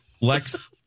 Lex